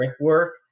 work